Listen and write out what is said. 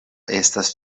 estas